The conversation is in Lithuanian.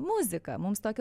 muzika mums tokią